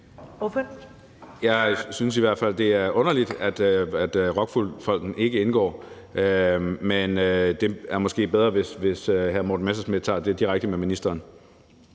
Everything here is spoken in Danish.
Jeg synes i hvert fald, det er underligt, at ROCKWOOL Fonden ikke indgår, men det er måske bedre, hvis hr. Morten Messerschmidt tager den direkte med ministeren.